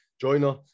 joiner